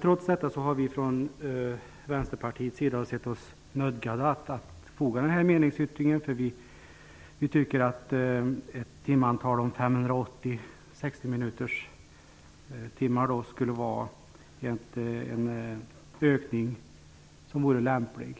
Trots detta har vi från Vänsterpartiets sida sett oss nödgade att foga meningsyttringen, för vi tycker att ett timantal om 580 sextiominuterslektioner skulle vara en lämplig